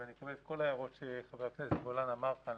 ואני מקבל את כל ההערות שאמר כאן חבר הכנסת גולן לגביו.